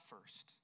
first